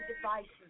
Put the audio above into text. devices